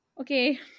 Okay